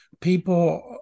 people